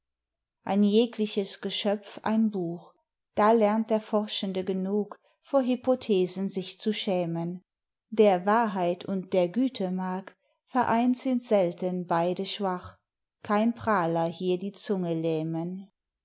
ein jegliches geschöpf ein buch da lernt der forschende genug vor hypothesen sich zu schämen der wahrheit und der güte mag vereint sind selten beyde schwach kein praler hier die zunge lähmen